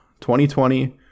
2020